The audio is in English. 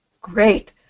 Great